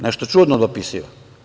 Nešto čudno dopisiva.